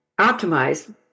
optimize